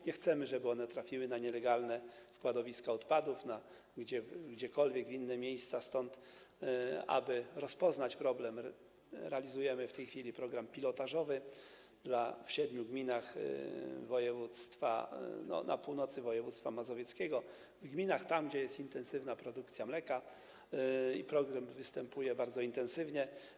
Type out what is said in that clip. Nie chcemy, żeby one trafiły na nielegalne składowiska odpadów czy gdziekolwiek w inne miejsca, stąd aby rozpoznać problem, realizujemy w tej chwili program pilotażowy w siedmiu gminach na północy województwa mazowieckiego, w tych gminach, gdzie jest intensywna produkcja mleka i problem występuje bardzo silnie.